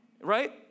right